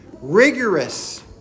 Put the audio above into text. rigorous